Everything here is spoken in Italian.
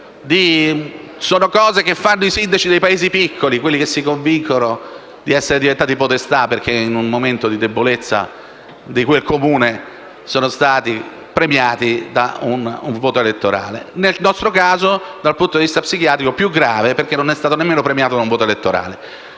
Sono cose che fanno i sindaci dei Paesi piccoli, quelli che si convincono di essere diventati podestà perché in un momento di debolezza di quel Comune sono stati premiati da un voto elettorale. Il nostro caso, dal punto di vista psichiatrico, il fatto è più grave perché il Governo non è stato nemmeno premiato dal voto elettorale.